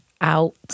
out